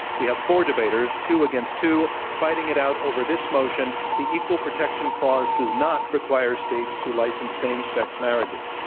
we have four debaters, two against two, fighting it out over this motion, the equal protection clause does not require states to license same sex marriages.